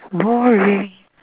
boring